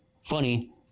funny